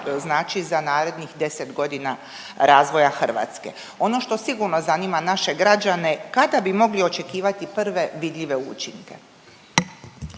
znači za narednih 10.g. razvoja Hrvatske. Ono što sigurno zanima naše građane, kada bi mogli očekivati prve vidljive učinke?